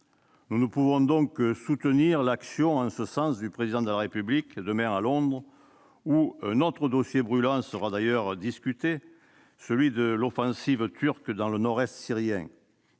Nous ne pouvons donc que soutenir l'action en ce sens du Président de la République, demain à Londres, où un autre dossier brûlant sera d'ailleurs discuté, celui de l'offensive turque dans le nord-est syrien.